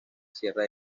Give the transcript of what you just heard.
sierra